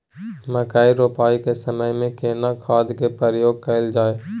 मकई रोपाई के समय में केना खाद के प्रयोग कैल जाय?